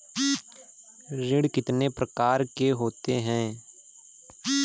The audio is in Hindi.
ऋण कितनी प्रकार के होते हैं?